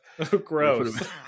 gross